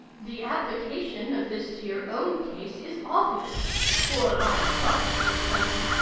the application of this to your own case is obvious for i trust, miss psyche,